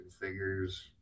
fingers